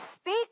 speak